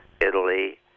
Italy